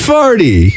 Farty